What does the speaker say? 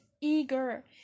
eager